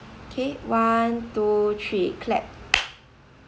okay one two three clap